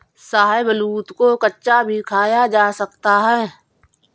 शाहबलूत को कच्चा भी खाया जा सकता है